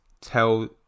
tell